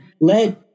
let